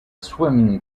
swimming